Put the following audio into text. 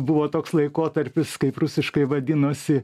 buvo toks laikotarpis kaip rusiškai vadinosi